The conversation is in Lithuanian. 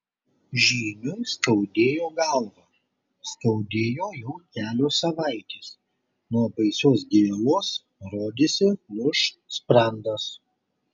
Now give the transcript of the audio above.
žyniui skaudėjo galvą skaudėjo jau kelios savaitės nuo baisios gėlos rodėsi lūš sprandas